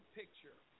picture